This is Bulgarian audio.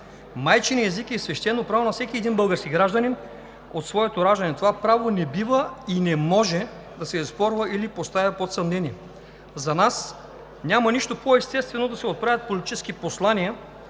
майчиният език е свещено право на всеки един български гражданин от своето раждане. Това право не бива и не може да се оспорва или поставя под съмнение. За нас няма нищо по-естествено да се отправят политически послания